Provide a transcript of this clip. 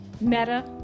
Meta